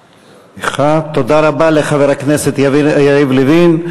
תודה רבה לחבר הכנסת יריב לוין,